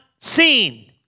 seen